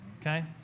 okay